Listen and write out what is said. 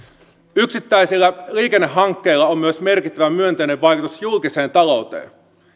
yksittäisillä liikennehankkeilla on myös merkittävä myönteinen vaikutus julkiseen talouteen